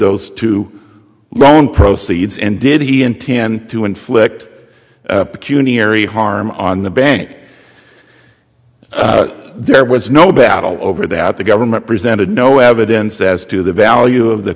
those two loan proceeds and did he intend to inflict cuny ery harm on the bank there was no battle over that the government presented no evidence as to the value of the